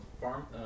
farm